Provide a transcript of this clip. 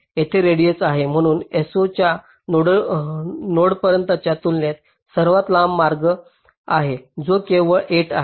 ही radius आहे म्हणून S0 ते या नोडपर्यंतच्या तुलनेत सर्वात लांब मार्ग आहे जो केवळ 8 आहे